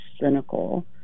cynical